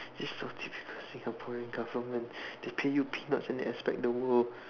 this is so cheapskate Singaporean government they pay you peanuts and expect the world